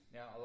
Now